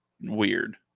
weird